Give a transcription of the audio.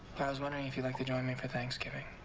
i was wondering if you'd like to join me for thanksgiving.